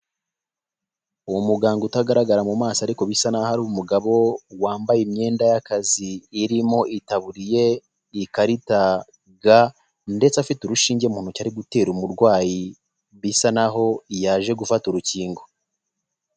Umuganga utagaragara mu maso ariko bisa n'aho ari umugabo, wambaye imyenda y'akazi, irimo itaburiye, ikarita, ga, ndetse afite urushinge mu ntoki ari gutera umurwayi, bisa n'aho yaje gufata urukingo.